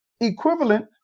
equivalent